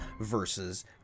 versus